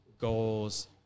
goals